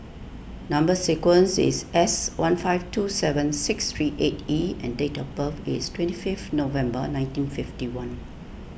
Number Sequence is S one five two seven six three eight E and date of birth is twenty fifth November nineteen fifty one